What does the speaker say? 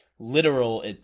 ...literal